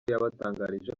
yabatangarije